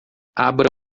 abra